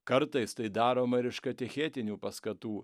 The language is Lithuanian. kartais tai daroma ir iš katechetinių paskatų